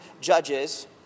judges